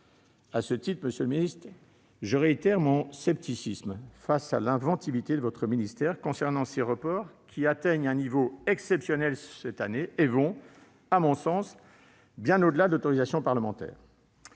À ce titre, monsieur le ministre, je réitère mon scepticisme face à l'inventivité de votre ministère concernant ces reports, qui atteignent un niveau exceptionnel cette année et vont, à mon sens, bien au-delà de l'autorisation parlementaire.